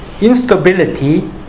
instability